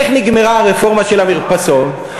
איך נגמרה הרפורמה של המרפסות?